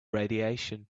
radiation